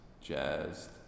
Jazz